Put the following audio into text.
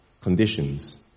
conditions